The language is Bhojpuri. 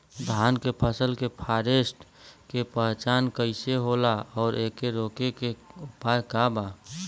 धान के फसल के फारेस्ट के पहचान कइसे होला और एके रोके के उपाय का बा?